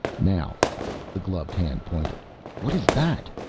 now the gloved hand pointed what is that?